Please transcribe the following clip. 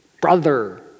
brother